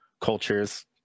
cultures